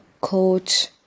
coach